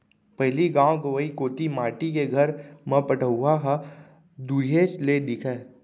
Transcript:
पहिली गॉव गँवई कोती माटी के घर म पटउहॉं ह दुरिहेच ले दिखय